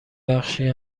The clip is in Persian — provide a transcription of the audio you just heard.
بخشی